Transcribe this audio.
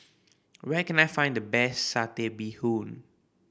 where can I find the best Satay Bee Hoon